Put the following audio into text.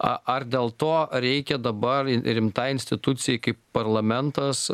a ar dėl to reikia dabar rimtai institucijai kaip parlamentas